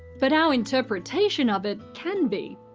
but our interpretation of it can be.